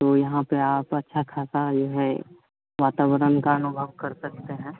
तो यहाँ पर आप अच्छा खासा जो है वातावरण का अनुभव कर सकते हैं